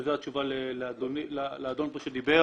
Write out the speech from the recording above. וזו התשובה לאדון פה שדיבר